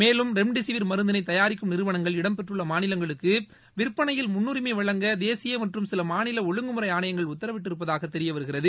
மேலும் ரெம்டெசிவிர் மருந்தினை தயாரிக்கும் நிறுவனங்கள் இடம்பெற்றுள்ள மாநிலங்களுக்கு விற்பனையில் முன்னுரிமை வழங்க தேசிய மற்றும் சில மாநில ஒழுங்குமுறை ஆணையங்கள் உத்தரவிட்டிருப்பதாக தெரிய வருகிறது